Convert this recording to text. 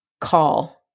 call